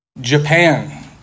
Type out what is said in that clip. Japan